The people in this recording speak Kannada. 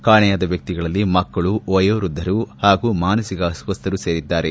ಕಾಣೆಯಾದ ವ್ಯಕ್ತಿಗಳಲ್ಲಿ ಮಕ್ಕಳು ವಯೋವೃದ್ದರು ಹಾಗೂ ಮಾನಸಿಕ ಅಸ್ವಸ್ವರು ಸೇರಿದ್ದಾರೆ